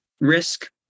risk